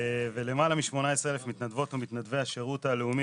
ולמעלה מ-18,000 מתנדבות ומתנדבי השירות הלאומי